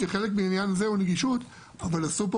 שזה חלק מהעניין זה הנגישות אבל עשו פה